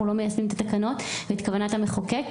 לא מיישמים את התקנות ואת כוונת המחוקק,